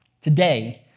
Today